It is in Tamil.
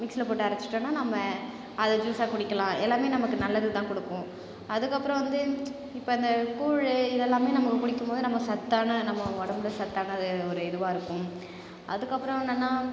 மிக்ஸியில்போட்டு அரைச்சிட்டோம்னா நம்ம அதை ஜூஸாக குடிக்கலாம் எல்லாமே நமக்கு நல்லது தான் கொடுக்கும் அதுக்கப்புறம் வந்து இப்போ இந்த கூழ் இதெல்லாமே நமக்கு குடிக்கும்போது நம்ம சத்தான நம்ம உடம்பில் சத்தானது ஒரு இதுவாக இருக்கும் அதுக்கப்புறம் என்னன்னால்